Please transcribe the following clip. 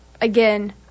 again